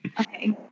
Okay